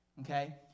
Okay